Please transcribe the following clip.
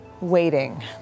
waiting